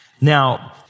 Now